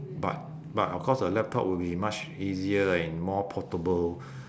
but but of course your laptop will much easier and more portable